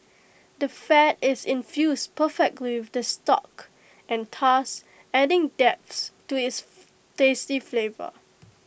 the fat is infused perfectly with the stock and thus adding depth to its tasty flavour